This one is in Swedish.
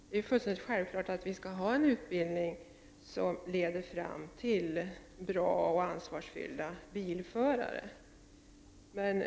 Det är helt självklart att utbildningen skall leda fram till bra och ansvarsfulla bilförare.